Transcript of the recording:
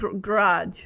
garage